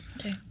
Okay